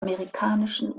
amerikanischen